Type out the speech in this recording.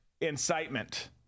incitement